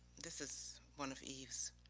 this is one of eve's,